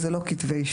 זה לא כתבי אישום.